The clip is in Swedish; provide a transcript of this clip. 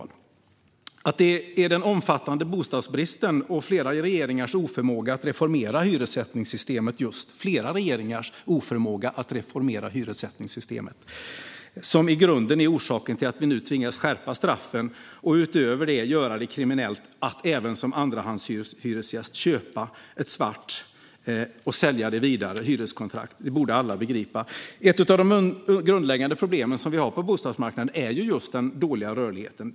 Alla borde begripa att det är den omfattande bostadsbristen och flera regeringars oförmåga - alltså just flera regeringars oförmåga - att reformera hyressättningssystemet som i grunden är orsaken till att vi nu tvingas skärpa straffen och utöver det göra det kriminellt att även som andrahandshyresgäst köpa ett svart hyreskontrakt och sälja det vidare. Ett av de grundläggande problemen på bostadsmarknaden är den dåliga rörligheten.